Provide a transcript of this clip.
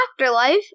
afterlife